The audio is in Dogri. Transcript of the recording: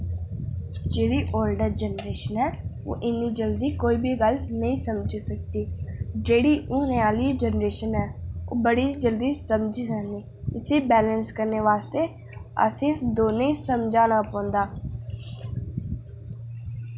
जेह्ड़ी ओल्डर जनरेशन ऐ ओह् इन्नी जल्दी कोई बी गल्ल नेईं समझी जेह्ड़ी हूनै आह्ली जनरेशन ऐ ओह् बड़ी जल्दी समझी जंदी इसी बैलेंस करने आस्तै असें दौने आ समझाना पौंदा